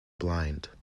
blind